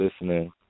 listening